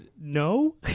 no